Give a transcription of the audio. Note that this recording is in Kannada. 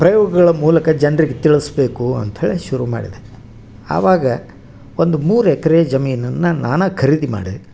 ಪ್ರಯೋಗಗಳ ಮೂಲಕ ಜನ್ರಿಗೆ ತಿಳ್ಸ್ಬೇಕು ಅಂತ್ಹೇಳಿ ಶುರು ಮಾಡಿದೆ ಆವಾಗ ಒಂದು ಮೂರು ಎಕ್ಕರೆ ಜಮೀನನ್ನ ನಾನು ಖರೀದಿ ಮಾಡ್ದೆ